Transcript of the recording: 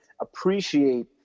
appreciate